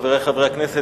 חברי חברי הכנסת,